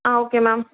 ah okay ma'am